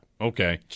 Okay